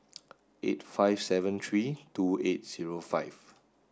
eight five seven three two eight zero five